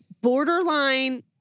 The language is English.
borderline